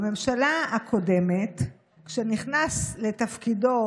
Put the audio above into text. בממשלה הקודמת, כשהנשיא טראמפ נכנס לתפקידו,